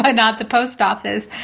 but not the post office.